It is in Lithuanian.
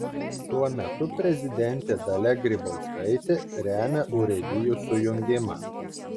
tuo metu prezidentė dalia grybauskaitė remia urėdijų sujungimą